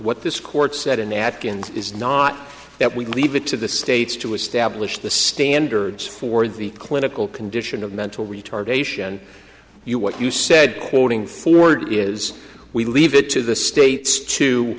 what this court said in adkins is not that we leave it to the states to establish the standards for the clinical condition of mental retardation you what you said quoting ford is we leave it to the states to